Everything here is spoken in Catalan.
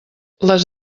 les